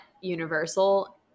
Universal